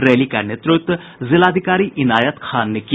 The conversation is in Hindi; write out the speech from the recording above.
रैली का नेतृत्व जिलाधिकारी इनायत खान ने किया